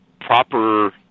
proper